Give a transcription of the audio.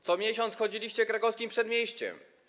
Co miesiąc chodziliście Krakowskim Przedmieściem.